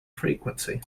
frequency